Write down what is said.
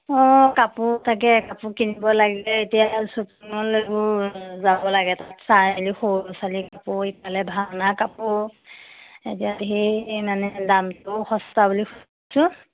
অ কাপোৰ তাকে কাপোৰ কিনিব লাগে এতিয়া শ্বপিং মল এইবোৰ যাব লাগে তাত চাই আলি সৰু লচালী কাপোৰ ইফালে ভাওনা কাপোৰ এতিয়া সেই মানে দামটো সস্তা বুলি শুনিছোঁ